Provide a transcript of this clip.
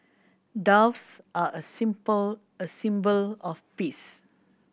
doves are a simple a symbol of peace